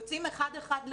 יוצאים אחד-אחד למים,